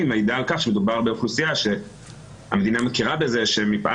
מעידה על-כך שמדובר באוכלוסייה שהמדינה מכירה בזה שמפאת